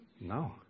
No